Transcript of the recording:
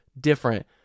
different